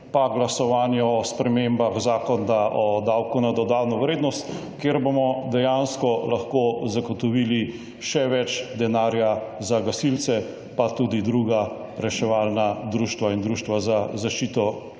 pa glasovanje o spremembah Zakona o davku na dodano vrednost, kjer bomo dejansko lahko zagotovili še več denarja za gasilce pa tudi druga reševalna društva in društva za zaščito,